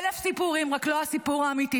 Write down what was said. אלף סיפורים, רק לא הסיפור האמיתי.